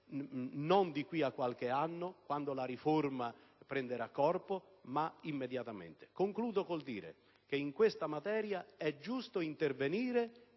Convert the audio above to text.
non di qui a qualche anno, quando la riforma prenderà corpo, ma immediatamente. Concludo col dire che in questa materia è giusto intervenire,